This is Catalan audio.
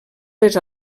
les